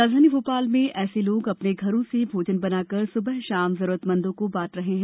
राजधानी भोपाल में ऐसे लोग अपने घरों से भोजन बनाकर सुबह शाम जरूरतमंदों को बांट रहे हैं